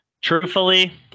Truthfully